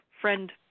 friend